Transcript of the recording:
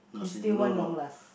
you still want long last